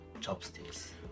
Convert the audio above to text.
chopsticks